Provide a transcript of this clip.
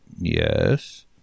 Yes